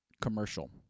commercial